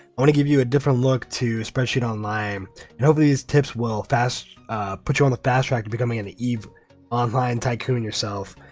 i want to give you a different look to spreadsheet online and hopefully these tips will fast put you on the fast track to becoming in the eve online tycoon yourself!